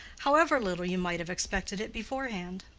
however little you might have expected it beforehand.